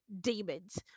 demons